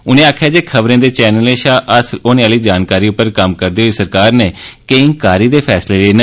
उनें आक्खेया जे खबरें दे चैनलें शा हासल होने आहली जानकारी उप्पर कम्म करदे होई सरकार नै केई कारी दे फैसले ले न